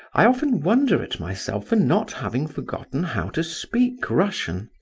i often wonder at myself for not having forgotten how to speak russian?